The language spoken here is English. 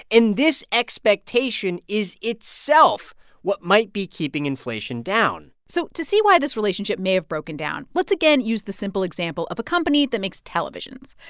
and this expectation is itself what might be keeping inflation down so to see why this relationship may have broken down, let's again use the simple example of a company that makes televisions.